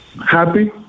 happy